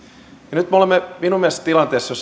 nyt olemme minun mielestäni tilanteessa